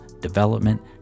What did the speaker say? development